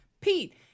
Pete